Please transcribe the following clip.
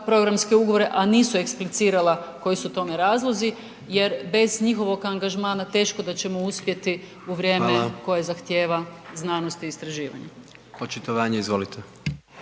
programske ugovore, a nisu eksplicirala koji su tome razlozi jer bez njihovog angažmana teško da ćemo uspjeti u vrijeme .../Upadica: Hvala./... koje zahtijeva znanosti i istraživanje.